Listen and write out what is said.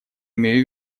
имею